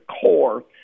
core